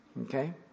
Okay